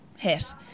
hit